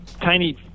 tiny